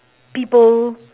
people